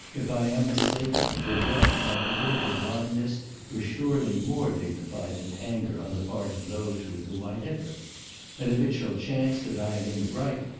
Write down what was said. if i am mistaken, regret at my political blindness were surely more dignified than anger on the part of those with whom i differ and if it shall chance that i am in the right,